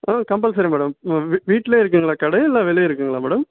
ஆ compulsory madam வீ வீட்டிலே இருக்குதுங்களா கடை இல்லை வெளியே இருக்குதுங்களா மேடம்